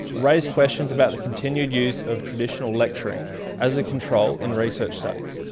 raise questions about the continued use of traditional lecturing as a control in research studies,